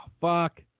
fuck